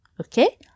okay